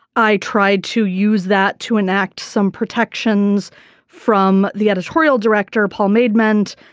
i tried to use that to enact some protections from the editorial director paul maidment.